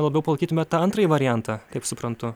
labiau palaikytumėt tą antrąjį variantą kaip suprantu